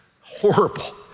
horrible